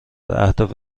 اهداف